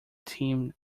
team